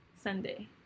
Sunday